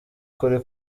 ukuri